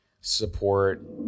support